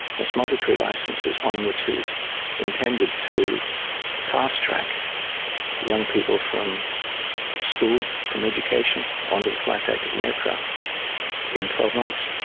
this multi-crew licence is one which is intended to fast-track young people from school, from education onto the flight deck of an aircraft in twelve months.